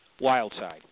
Wildside